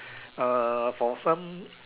uh for some